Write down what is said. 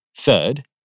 Third